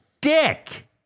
dick